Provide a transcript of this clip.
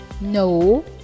No